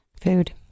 food